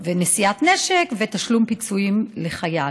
ובנשיאת נשק ותשלום פיצויים לחייל,